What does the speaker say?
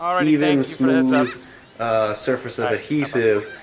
even smooth surface of adhesive